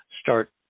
start